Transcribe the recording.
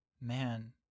man